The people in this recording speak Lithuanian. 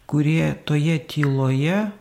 kurie toje tyloje